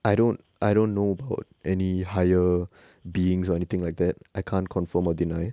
I don't I don't know about any higher beings or anything like that I can't confirm or deny it